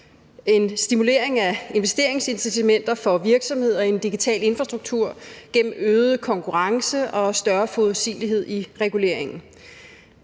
en stimulering af investeringsincitamenter for virksomheder i en digital infrastruktur gennem øget konkurrence og større forudsigelighed i reguleringen;